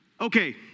Okay